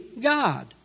God